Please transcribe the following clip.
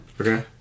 Okay